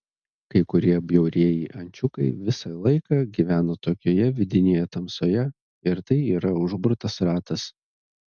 kai kurie bjaurieji ančiukai visą laiką gyvena tokioje vidinėje tamsoje ir tai yra užburtas ratas